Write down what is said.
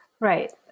Right